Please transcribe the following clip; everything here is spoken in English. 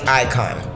icon